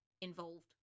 involved